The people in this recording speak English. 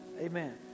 Amen